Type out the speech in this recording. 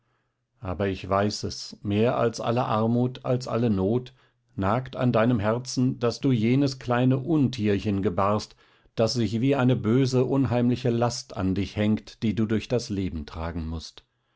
aber ich weiß es mehr als alle armut als alle not nagt an deinem herzen daß du jenes kleine untierchen gebarst das sich wie eine böse unheimliche last an dich hängt die du durch das leben tragen mußt